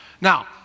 Now